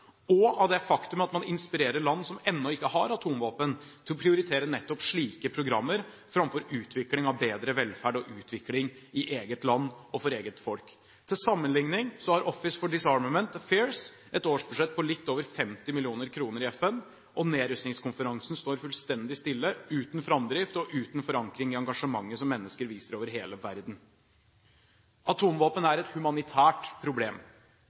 det faktum at man inspirerer land som ennå ikke har atomvåpen, til å prioritere nettopp slike programmer framfor utvikling og bedre velferd i eget land og for eget folk. Til sammenlikning har FNs Office for Disarmament Affairs et årsbudsjett på litt over 50 mill. kr, og Nedrustningskonferansen står fullstendig stille, uten framdrift og uten forankring i engasjementet som mennesker viser over hele verden. Atomvåpen er et humanitært problem.